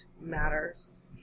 matters